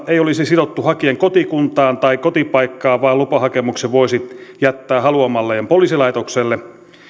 ei olisi sidottu hakijan kotikuntaan tai kotipaikkaan vaan lupahakemuksen voisi jättää haluamalleen poliisilaitokselle